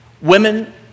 Women